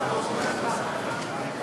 בדיון.